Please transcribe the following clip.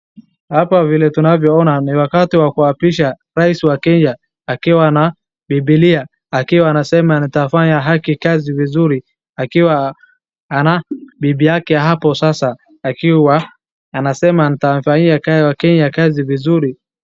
Hapa vile tunavyoona ni wakati wa kuapisha rais wa Kenya akiwa ana bibilia akiwa anasema nitafanya aki kazi vizuri akiwa ana bibi yake hapo sasa akiwa anasema ntawafanyia wakenya kazi vizuri.